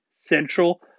central